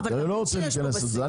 אני לא רוצה להיכנס לזה.